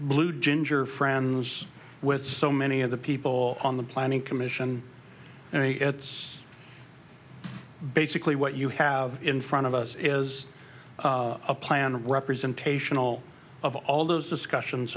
blue ginger friends with so many of the people on the planning commission and it's basically what you have in front of us is a plan representational of all those discussions